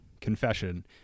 confession